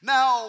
Now